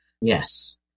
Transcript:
yes